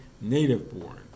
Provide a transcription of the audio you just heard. native-born